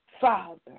Father